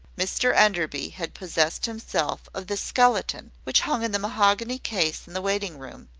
mr enderby had possessed himself of the skeleton which hung in the mahogany case in the waiting-room,